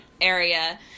area